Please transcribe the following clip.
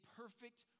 perfect